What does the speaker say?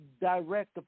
direct